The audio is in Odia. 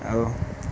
ଆଉ